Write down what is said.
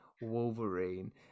Wolverine